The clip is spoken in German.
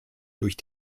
durch